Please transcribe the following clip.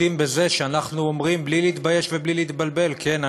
חוטאים בזה שאנחנו אומרים בלי להתבייש ובלי להתבלבל: כן,